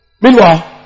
Meanwhile